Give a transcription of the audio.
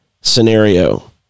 Scenario